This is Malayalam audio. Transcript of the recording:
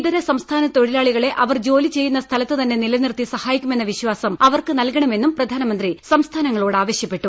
ഇതര സംസ്ഥാന തൊഴിലാളികളെ അവർ ജോലിചെയ്യുന്ന സ്ഥലത്തുതന്നെ നിലനിർത്തി സഹായിക്കുമെന്ന വിശ്വാസം അവർക്ക് നൽകണമെന്നും പ്രധാനമന്ത്രി സംസ്ഥാനങ്ങളോട് ആവശ്യപ്പെട്ടു